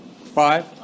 five